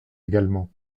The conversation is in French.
également